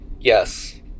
Yes